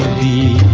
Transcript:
the